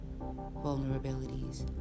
vulnerabilities